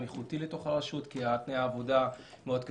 איכותי לתוך הרשות כי תנאי העבודה הם קשים מאוד למשל.